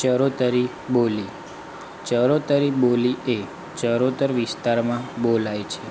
ચરોતરી બોલી ચરોતરી બોલી એ ચરોતર વિસ્તારમાં બોલાય છે